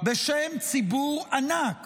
בשם ציבור ענק